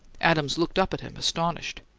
adams looked up at him, astonished.